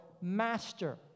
master